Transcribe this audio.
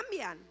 cambian